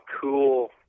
cool